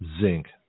zinc